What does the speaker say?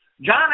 John